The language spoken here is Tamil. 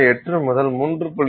8 முதல் 3